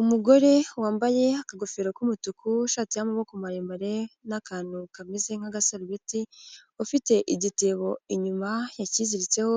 Umugore wambaye akagofero k'umutuku'ishati y'amaboko maremare n'akantu kameze nk'agasabeti ufite igitebo inyuma yakiziritseho